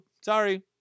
sorry